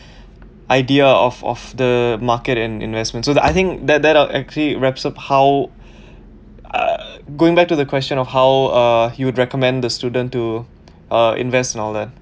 idea of of the market and investment so that I think that that'll actually wraps up how uh going back to the question of how uh you would recommend the student to uh invest and all that